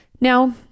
Now